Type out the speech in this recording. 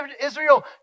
Israel